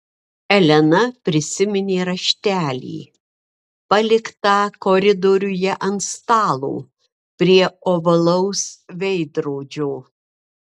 elena prisiminė raštelį paliktą koridoriuje ant stalo prie ovalaus veidrodžio